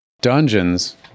dungeons